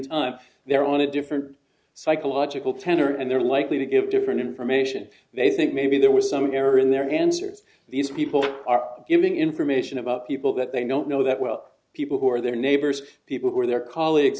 time they're on a different psychological tenor and they're likely to give different information they think maybe there was some error in their answers these people are giving information about people that they don't know that well people who are their neighbors people who are their colleagues